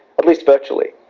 at least virtually.